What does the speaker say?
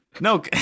No